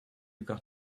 got